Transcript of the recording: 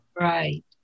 right